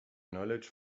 knowledge